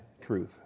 truth